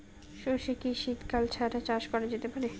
সর্ষে কি শীত কাল ছাড়া চাষ করা যেতে পারে?